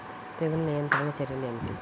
తెగులు నియంత్రణ చర్యలు ఏమిటి?